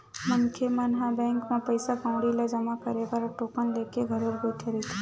मनखे मन ह बैंक म पइसा कउड़ी ल जमा करे बर टोकन लेके घलोक बइठे रहिथे